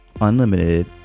unlimited